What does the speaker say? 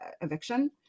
eviction